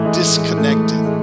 disconnected